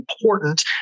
important